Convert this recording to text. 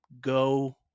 go